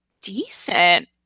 decent